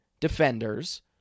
defenders